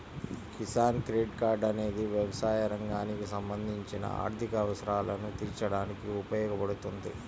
కిసాన్ క్రెడిట్ కార్డ్ అనేది వ్యవసాయ రంగానికి సంబంధించిన ఆర్థిక అవసరాలను తీర్చడానికి ఉపయోగపడుతుంది